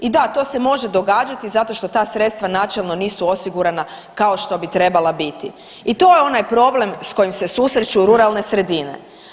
I da, to se može događati zato što ta sredstva načelno nisu osigurana kao što bi trebala biti i to je onaj problem s kojim se susreću ruralne sredine.